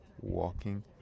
walking